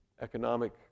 economic